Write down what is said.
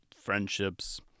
friendships